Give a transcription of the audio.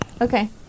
Okay